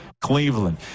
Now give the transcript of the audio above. Cleveland